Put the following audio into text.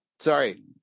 Sorry